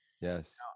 Yes